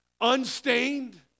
unstained